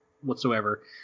whatsoever